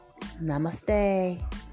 Namaste